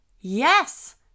yes